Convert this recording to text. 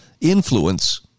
influence